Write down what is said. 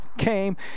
Came